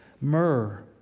Myrrh